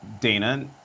Dana